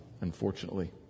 unfortunately